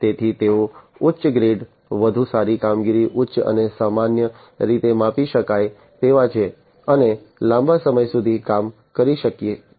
તેથી તેઓ ઉચ્ચ ગ્રેડ વધુ સારી કામગીરી ઉચ્ચ અને સામાન્ય રીતે માપી શકાય તેવા છે અને લાંબા સમય સુધી કામ કરી શકે છે